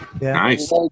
Nice